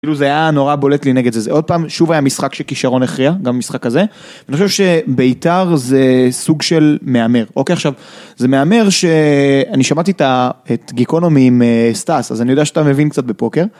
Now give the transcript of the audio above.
כאילו זה היה נורא בולט לי נגד זה, זה עוד פעם, שוב היה משחק שכישרון הכריע, גם משחק כזה. אני חושב שביתר זה סוג של מהמר, אוקיי? עכשיו, זה מהמר שאני שמעתי את ה... את גיקונומים סטאס, אז אני יודע שאתה מבין קצת בפוקר.